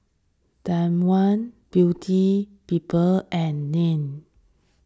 Danone Beauty People and Nan